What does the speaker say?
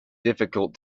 difficult